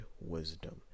wisdom